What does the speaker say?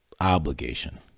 obligation